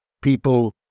people